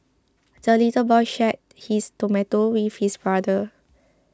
the little boy shared his tomato with his brother